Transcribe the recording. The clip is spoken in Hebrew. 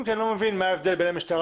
אם כי אני לא מבין מה ההבדל בין המשטרה